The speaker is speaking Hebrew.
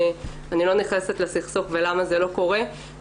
אני לא נכנסת לסכסוך ולמה זה לא קורה,